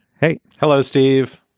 hey. hello, steve.